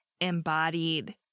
embodied